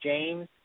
James